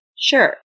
Sure